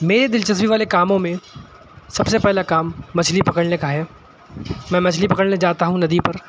میرے دلچسپی والے کاموں میں سب سے پہلا کام مچھلی پکڑنے کا ہے میں مچھلی پکڑنے جاتا ہوں ندی پر